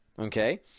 Okay